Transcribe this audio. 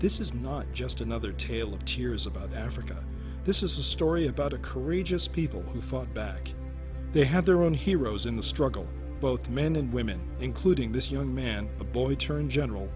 this is not just another tale of tears about africa this is a story about a courageous people who fought back they had their own heroes in the struggle both men and women including this young man the boy turned general